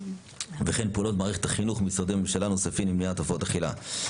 וכן פעולות במערכת החינוך ומשרדי ממשלה נוספים למניעת הפרעות אכילה.